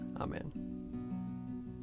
Amen